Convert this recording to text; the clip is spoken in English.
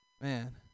Man